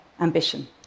ambition